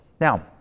Now